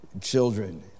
children